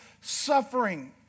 suffering